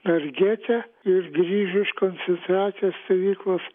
dar gete ir grįžo iš koncentracijos stovyklos